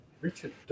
Richard